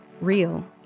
real